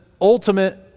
ultimate